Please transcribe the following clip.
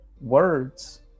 words